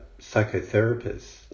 psychotherapists